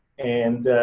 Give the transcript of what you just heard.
and,